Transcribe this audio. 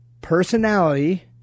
personality –